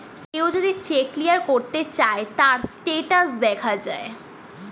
কেউ যদি check clear করতে চায়, তার স্টেটাস দেখা যায়